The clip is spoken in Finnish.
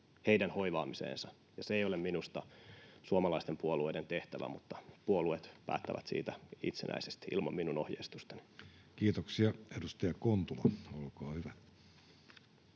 heidän hoivaamiseensa. Se ei ole minusta suomalaisten puolueiden tehtävä, mutta puolueet päättävät siitä itsenäisesti ilman minun ohjeistustani. Kiitoksia. — Edustaja Kontula, olkaa hyvä.